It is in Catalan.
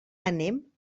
anem